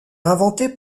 inventé